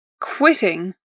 quitting